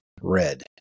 red